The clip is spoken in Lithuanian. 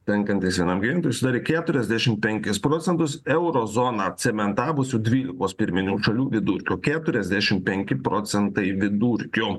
tenkantis vienam klientui šnari keturiasdešimt penkis procentus euro zoną cementavusio dvylikos pirminių šalių vidurkio keturiasdešimt penki procentai vidurkio